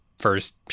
first